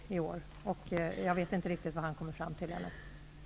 Jag vet inte riktigt vad han kommer fram till ännu.